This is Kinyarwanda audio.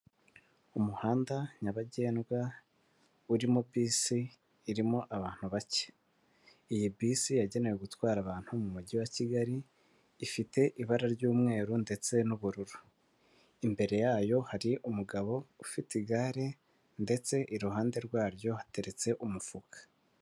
Umuhanda nyabagendwa urimo bisi irimo abantu bake, iyi bisi yagenewe gutwara abantu mu mujyi wa Kigali ifite ibara ry'umweru ndetse n'ubururu, imbere yayo hari umugabo ufite igare ndetse iruhande rwaryo hateretse umufuka.